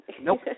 Nope